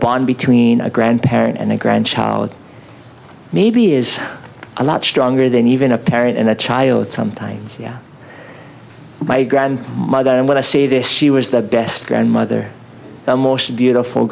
bond between a grandparent and a grandchild maybe is a lot stronger than even a parent and a child something's yeah my grand mother i want to say this she was the best grandmother the most beautiful